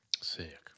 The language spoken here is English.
Sick